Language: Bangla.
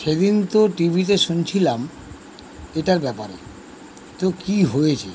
সেদিন তো টি ভিতে শুনছিলাম এটার ব্যাপারে তো কী হয়েছে